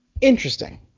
interesting